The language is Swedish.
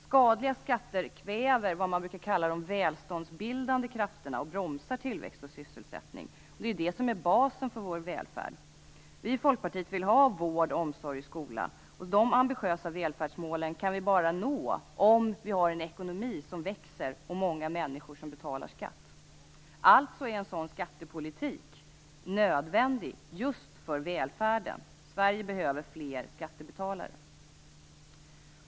Skadliga skatter kväver vad man brukar kalla de välståndsbildande krafterna och bromsar tillväxt och sysselsättning, som ju är basen för vår välfärd. Vi i Folkpartiet vill ha vård, omsorg och skola. Dessa ambitiösa välfärdsmål kan vi bara nå med en ekonomi som växer och många människor som betalar skatt. Alltså är en sådan skattepolitik nödvändig just för välfärden. Sverige behöver fler skattebetalare.